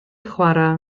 chwarae